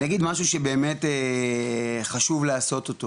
אני אגיד משהו שבאמת חשוב לעשות אותו,